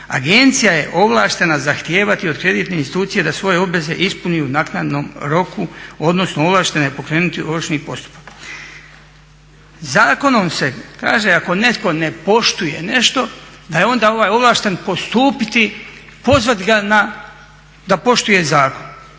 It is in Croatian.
agencija je ovlaštena zahtijevati od kreditne institucije da svoje obveze ispuni u naknadnom roku, odnosno ovlaštena je pokrenuti ovršni postupak. Zakonom se kaže ako netko ne poštuje nešto, da je onda ovaj ovlašten postupiti, pozvati ga na da poštuje zakon.